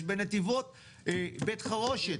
יש בנתיבות בית חרושת.